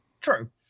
True